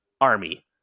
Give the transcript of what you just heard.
army